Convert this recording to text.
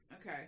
Okay